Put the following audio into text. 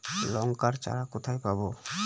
লঙ্কার চারা কোথায় পাবো?